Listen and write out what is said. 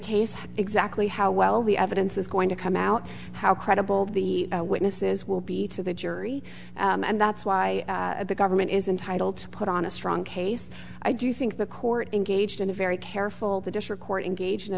case exactly how well the evidence is going to come out how credible the witnesses will be to the jury and that's why the government is entitle to put on a strong case i do think the court engaged in a very careful the district court engaged in a